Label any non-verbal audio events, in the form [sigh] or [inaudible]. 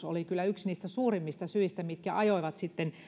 [unintelligible] oli kyllä yksi niistä suurimmista syistä mitkä ajoivat sitten